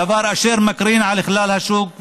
דבר אשר מקרין על כלל השוק והמשק.